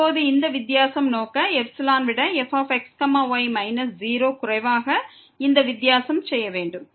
இப்போது நோக்கம் யாதெனில் fx yன டிபிரான்ஸ் மைனஸ் 0 ε விட குறைவாக இருக்க வேண்டும்